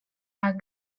are